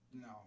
no